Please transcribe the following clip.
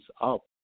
up